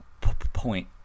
point